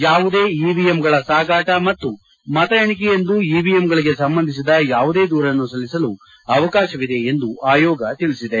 ಯಾವುದೇ ಇವಿಎಮ್ಗಳ ಸಾಗಾಟ ಮತ್ತು ಮತ ಎಣಿಕೆಯಂದು ಇವಿಎಮ್ಗಳಿಗೆ ಸಂಬಂಧಿಸಿದ ಯಾವುದೇ ದೂರನ್ನು ಸಲ್ಲಿಸಲು ಅವಕಾಶವಿದೆ ಎಂದು ಆಯೋಗ ತಿಳಿಸಿದೆ